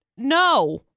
no